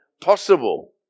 possible